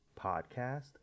Podcast